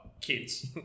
Kids